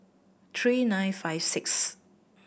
three nine five sixth